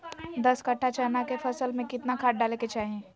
दस कट्ठा चना के फसल में कितना खाद डालें के चाहि?